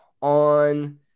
on